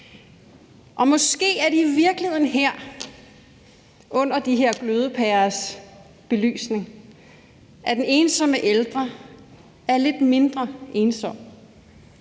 Og måske er det i virkeligheden her, under de her glødepærers belysning, den ensomme ældre er lidt mindre ensom,